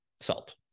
salt